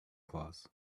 claus